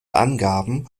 angaben